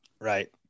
Right